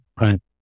Right